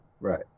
Right